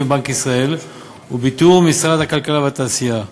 ובנק ישראל ובתיאום עם משרד הכלכלה והתעשייה,